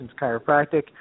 Chiropractic